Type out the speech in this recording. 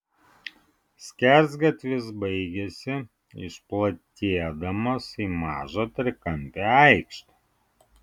skersgatvis baigėsi išplatėdamas į mažą trikampę aikštę